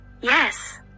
Yes